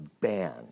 ban